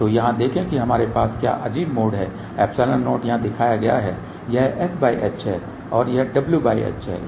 तो यहां देखें कि हमारे पास क्या अजीब मोड है ε0 यहां दिखाया गया है यह sh है और यह wh है